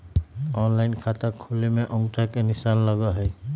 Online खाता खोले में अंगूठा के निशान लगहई?